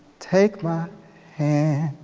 take my hand,